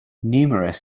numerous